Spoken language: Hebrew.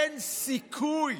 אין סיכוי